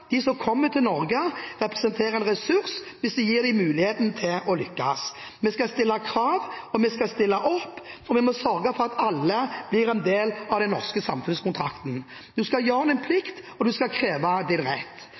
De som kommer til Norge, representerer en ressurs hvis vi gir dem muligheten til å lykkes. Vi skal stille krav, og vi skal stille opp. Vi må sørge for at alle blir en del av den norske samfunnskontrakten: Du skal gjøre din plikt, og du skal kreve din rett.